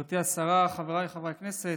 גברתי השרה, חבריי חברי הכנסת,